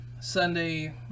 sunday